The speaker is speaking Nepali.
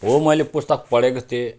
हो मैले पुस्तक पढेको थिएँ